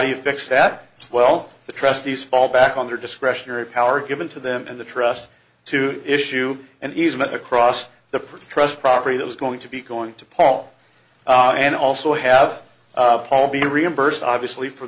do you fix that as well the trustees fall back on their discretionary power given to them in the trust to issue an easement across the trust property that was going to be going to paul and also have paul be reimbursed obviously for